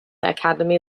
academy